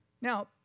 Now